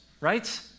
right